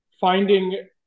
finding